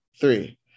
three